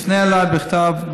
תפנה אליי בכתב,